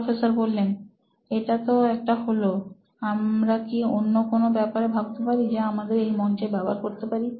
professor এটাতো একটা হল আমরা কি অন্য কোন ব্যাপারে ভাবতে পারি যা আমরা এই মঞ্চে ব্যবহার করতে পারি